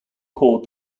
called